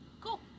cool